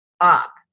up